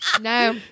No